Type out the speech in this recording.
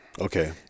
okay